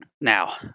Now